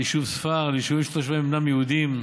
ליישוב ספר, ליישובים שתושביהם אינם יהודים,